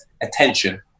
attention